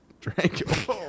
drank